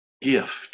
gift